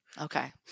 Okay